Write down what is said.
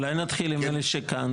אולי נתחיל עם אלה שכאן?